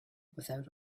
without